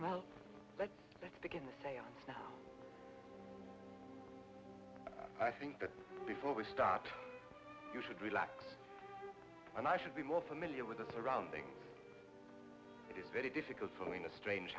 seance now i think that before we stop you should relax and i should be more familiar with the surrounding it is very difficult for me in a strange